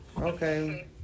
Okay